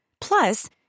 Plus